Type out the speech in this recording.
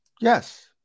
Yes